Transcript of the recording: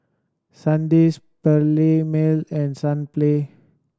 Sandisk Perllini Mel and Sunplay